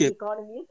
economy